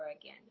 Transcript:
again